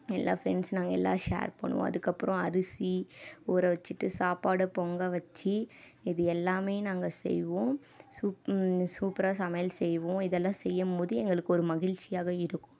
எல்லாம் ஃப்ரெண்ட்ஸ் நாங்கள் எல்லாம் ஷேர் பண்ணுவோம் அதுக்கப்புறோம் அரிசி ஊறு வச்சுட்டு சாப்பாடடை பொங்கல் வச்சு இது எல்லாமே நாங்கள் செய்வோம் சூப் சூப்பரக சமையல் செய்வோம் இதெல்லாம் செய்யும் போது எங்களுக்கு ஒரு மகிழ்ச்சியாக இருக்கும்